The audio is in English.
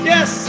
Yes